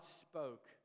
spoke